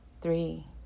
Three